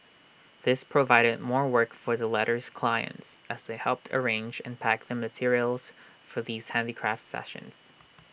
this provided more work for the latter's clients as they helped arrange and pack the materials for these handicraft sessions